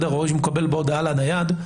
או הוא מקבל הודעה לנייד,